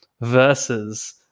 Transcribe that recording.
versus